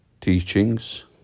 teachings